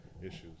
Issues